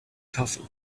coffee